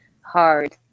hard